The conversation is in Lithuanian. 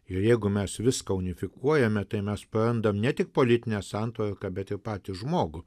ir jeigu mes viską unifikuojame tai mes prarandam ne tik politinę santvarką bet ir patį žmogų